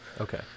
Okay